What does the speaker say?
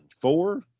Four